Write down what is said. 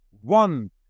one